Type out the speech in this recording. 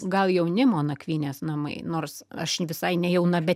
gal jaunimo nakvynės namai nors aš visai ne jauna bet